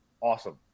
awesome